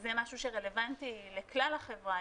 וזה משהו שרלוונטי לכלל החברה,